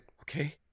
Okay